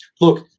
Look